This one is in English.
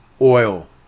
oil